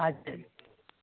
हजुर